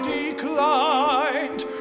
declined